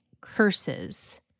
curses